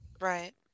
Right